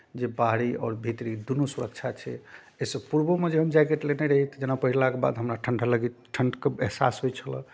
जे बाहरी आओर भीतरी दुनू सुरक्षा छै एहिसँ पूर्वोमे जे हम जैकेट लेने रही तऽ जेना पहिरलाके बाद हमरा ठंडा लगैत ठंडके एहसास होइ छलए